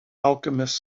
alchemist